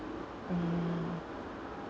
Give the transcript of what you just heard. mm